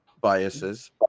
biases